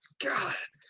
god.